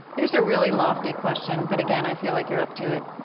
here's a really lofty question, but again, i feel like you're up to it.